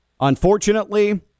unfortunately